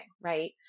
Right